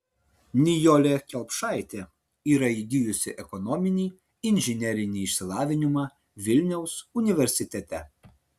nijolė kelpšaitė yra įgijusi ekonominį inžinerinį išsilavinimą vilniaus universitete